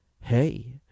Hey